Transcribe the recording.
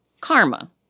karma